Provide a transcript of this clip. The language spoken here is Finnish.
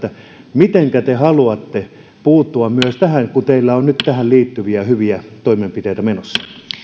mitenkä te haluatte puuttua myös tähän kun teillä on nyt tähän liittyviä hyviä toimenpiteitä menossa